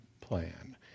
plan